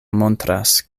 montras